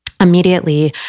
immediately